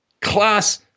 class